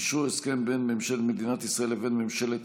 אשרור הסכם בין ממשלת ישראל לבין ממשלת